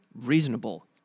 reasonable